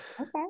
okay